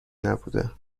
نبوده